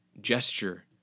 gesture